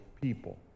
people